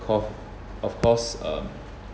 cou~ of course um